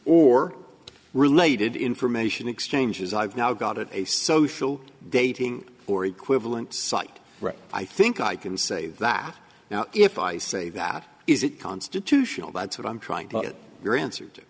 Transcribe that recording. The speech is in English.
or related information exchanges i've now got it a social dating or equivalent site i think i can say that now if i say that is it constitutional that's what i'm trying to get your answer